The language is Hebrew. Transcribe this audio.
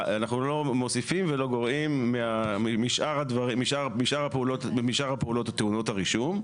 אנחנו לא מוסיפים ולא גורעים משאר הפעולות הטעונות הרישום,